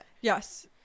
Yes